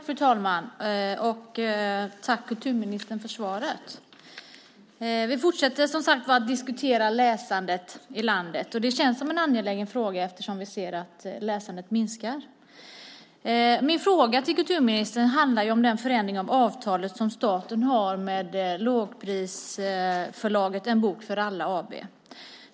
Fru talman! Tack, kulturministern, för svaret! Vi fortsätter som sagt att diskutera läsandet i landet. Det känns som en angelägen fråga eftersom vi ser att läsandet minskar. Min fråga till kulturministern handlar om förändringen av det avtal som staten har med lågprisförlaget En bok för alla AB.